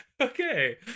Okay